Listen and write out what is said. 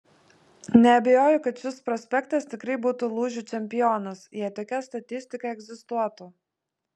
neabejoju kad šis prospektas tikrai būtų lūžių čempionas jei tokia statistika egzistuotų